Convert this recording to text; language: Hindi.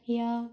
या